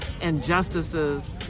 injustices